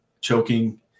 choking